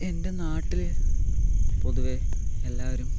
എൻ്റെ നാട്ടിൽ പൊതുവേ എല്ലാവരും